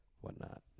whatnot